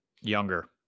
younger